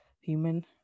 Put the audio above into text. human